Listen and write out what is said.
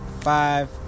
five